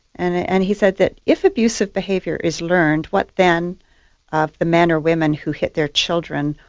and and he said that if abusive behaviour is learned, what then of the men or women who hit their children,